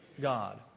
God